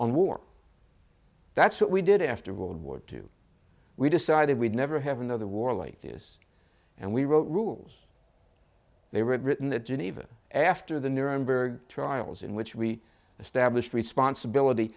on war that's what we did after world war two we decided we'd never have another war like this and we wrote rules they were written at geneva after the nuremberg trials in which we established responsibility